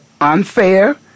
unfair